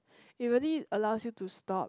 it really allows you to stop